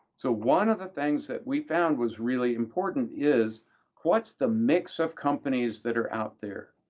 so one of the things that we found was really important is what's the mix of companies that are out there?